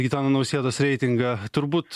gitano nausėdos reitingą turbūt